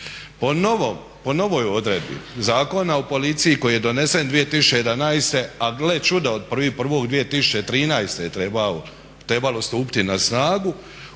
Po novoj odredbi Zakona o policiji koji je donesen 2011., a gle čuda od 1.1.2013. je trebalo tupiti na snagu,